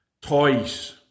toys